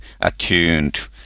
attuned